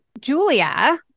Julia